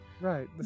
Right